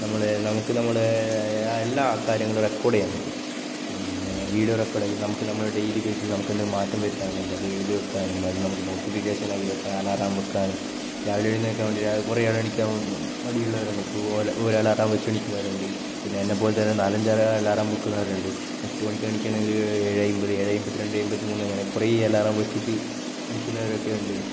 നമ്മളെ നമുക്ക് നമ്മുടേതായ ആയ എല്ലാ കാര്യങ്ങളും റെക്കോര്ഡ് ചെയ്യാന് പറ്റും പിന്നെ വീഡിയോ റെക്കോര്ഡ് ചെയ്യാം നമുക്ക് നമ്മുടെ ഡെയിലി ബേസിസില് നമുക്ക് എന്തെങ്കിലും മാറ്റം വരുത്താനുണ്ടെങ്കില് അത് എഴുതിവെക്കാനും അത് നമുക്ക് നോട്ടിഫിക്കേഷന് അതിനൊക്കെ അലാറം വെക്കാനും രാവിലെ എഴുന്നേൽക്കാന് വേണ്ടി രാ കുറേ ആൾ എണീക്കാന് മടിയുള്ളവരുണ്ട് ഇപ്പോൾ ഇതുപോലെ ഒരു അലാറം വെച്ച് എണീക്കുന്നവരുണ്ട് പിന്നെ എന്നെപ്പോലത്തെ നാലഞ്ചു അലാറം വെക്കുന്നവരുണ്ട് എട്ടു മണിക്ക് എണീക്കണമെങ്കിൽ ഒരു ഏഴ് അൻപത് ഏഴ് അൻപത്തി രണ്ട് അൻപത്തി മൂന്ന് അങ്ങനെ കുറേ അലാറം വെച്ചിട്ട് എണീക്കുന്നവരൊക്കെയുണ്ട്